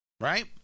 right